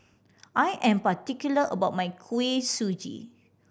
I am particular about my Kuih Suji